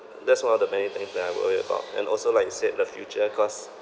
that's one of the many things that I worry about and also like you said the future cause